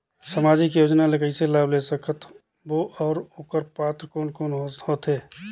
समाजिक योजना ले कइसे लाभ ले सकत बो और ओकर पात्र कोन कोन हो थे?